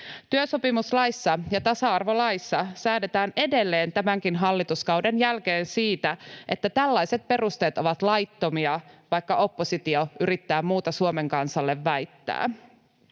Työsopimuslaissa ja tasa-arvolaissa säädetään edelleen, tämänkin hallituskauden jälkeen, siitä, että tällaiset perusteet ovat laittomia, vaikka oppositio yrittää muuta Suomen kansalle väittää.